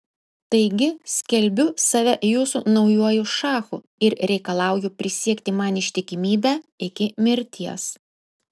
taigi skelbiu save jūsų naujuoju šachu ir reikalauju prisiekti man ištikimybę iki mirties